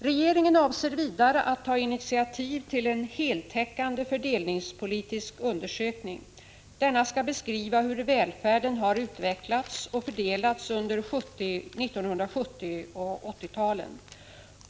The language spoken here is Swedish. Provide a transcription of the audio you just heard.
Regeringen avser vidare att ta initiativ till en heltäckande fördelningspolitisk undersökning. Denna skall beskriva hur välfärden har utvecklats och fördelats under 1970 och 1980-talen.